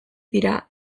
dira